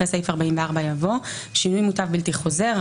אחרי סעיף 44 יבוא: "שינוי מוטב44א.